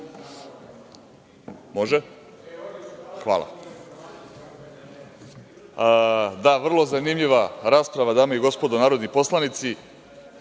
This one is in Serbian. Hvala. Da, vrlo zanimljiva rasprava, dame i gospodo narodni poslanici,